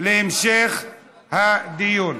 להמשך הדיון.